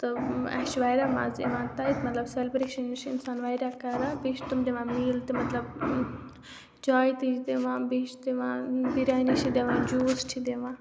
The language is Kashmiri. تہٕ اَسہِ چھِ واریاہ مَزٕ یِوان تَتہِ مطلب سٮ۪لبرٛیشَن یہِ چھِ اِنسان واریاہ کَران بیٚیہِ چھِ تِم دِوان میٖل تہِ مطلب چاے تہِ چھِ دِوان بیٚیہِ چھِ دِوان بِریانی چھِ دِوان جوٗس چھِ دِوان